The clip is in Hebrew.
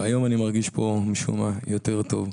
היום אני מרגיש פה משום מה יותר טוב,